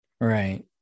Right